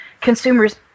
consumers